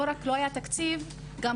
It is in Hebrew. לא רק שלא היה תקציב גם